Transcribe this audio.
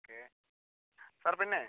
okay sir പിന്നെ